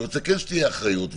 אני רוצה כן שתהיה אחריות.